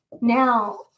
Now